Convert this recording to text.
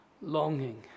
longing